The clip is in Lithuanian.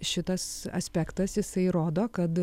šitas aspektas jisai rodo kad